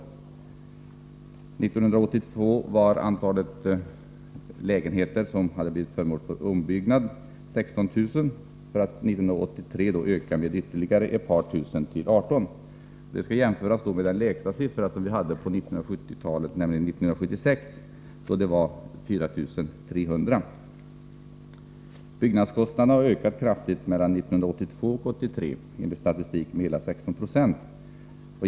1982 var antalet lägenheter som hade blivit föremål för ombyggnad 16 000 för att 1983 öka med ytterligare ett par tusen till 18 000. Detta skall jämföras med den lägsta siffra vi hade på 1970-talet, nämligen 1976, då antalet var 4 300. Byggnadskostnaderna har ökat kraftigt mellan 1982 och 1983, enligt statistiken med hela 16 26.